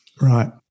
Right